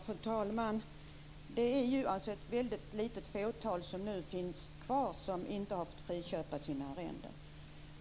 Fru talman! Det är ett väldigt litet fåtal kvar som inte har fått friköpa sina arrenden.